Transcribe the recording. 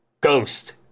ghost